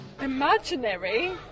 Imaginary